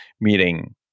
meeting